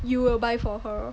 you will buy for her